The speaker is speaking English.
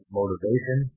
motivation